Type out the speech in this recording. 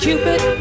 Cupid